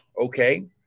Okay